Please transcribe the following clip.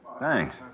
Thanks